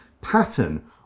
pattern